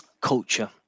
culture